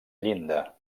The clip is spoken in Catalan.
llinda